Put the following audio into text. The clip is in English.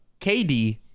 KD